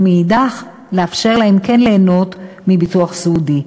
ומאידך לאפשר להם כן ליהנות מביטוח סיעודי.